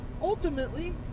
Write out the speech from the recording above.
Ultimately